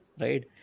right